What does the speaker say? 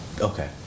Okay